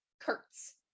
Kurtz